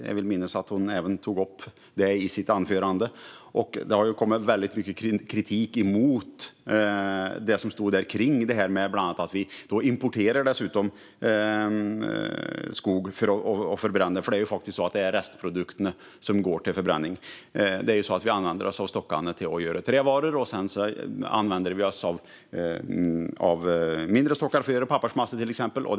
Jag vill minnas att hon tog upp det här med förbränning även i sitt anförande. Det har ju kommit väldigt mycket kritik mot det som stod i DN, bland annat att det stod att vi dessutom importerar skog att förbränna. Det är faktiskt så att det är restprodukterna som går till förbränning. Vi använder stockarna till att göra trävaror, och sedan använder vi mindre stockar till att göra till exempel pappersmassa.